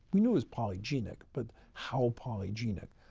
we knew it was polygenic, but how polygenic?